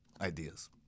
ideas